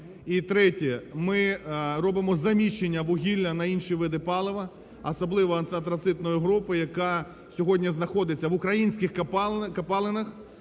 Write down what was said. І третє. Ми робимо заміщення вугілля на інші види палива, особливо антрацитної групи, яка сьогодні знаходиться в українських копалинах,